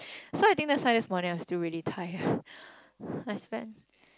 so I think that's why this morning I was still really tired I spent